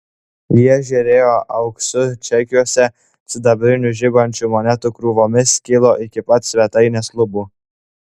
jie žėrėjo auksu čekiuose sidabrinių žibančių monetų krūvomis kilo iki pat svetainės lubų